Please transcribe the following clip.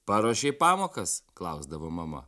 paruošei pamokas klausdavo mama